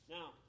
Now